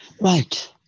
Right